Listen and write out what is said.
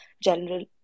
general